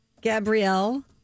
Gabrielle